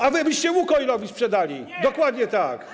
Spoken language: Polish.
A wy byście Łukoilowi sprzedali, dokładnie tak.